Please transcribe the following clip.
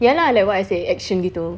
ya lah like what I say action gitu